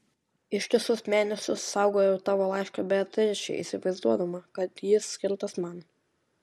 ištisus mėnesius saugojau tavo laišką beatričei įsivaizduodama kad jis skirtas man